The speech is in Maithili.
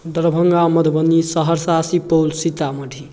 दरभंगा मधुबनी सहरसा सुपौल सीतामढ़ी